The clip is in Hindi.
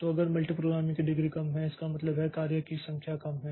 तो अगर मल्टीप्रोग्रामिंग की डिग्री कम है इसका मतलब है कार्य की संख्या कम है